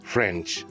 French